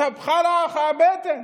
התהפכה לך הבטן.